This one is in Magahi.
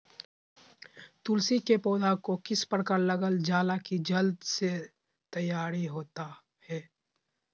तुलसी के पौधा को किस प्रकार लगालजाला की जल्द से तैयार होता है?